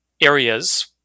areas